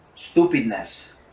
Stupidness